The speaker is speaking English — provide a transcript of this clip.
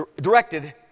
directed